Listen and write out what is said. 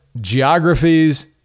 geographies